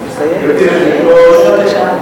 גברתי היושבת-ראש,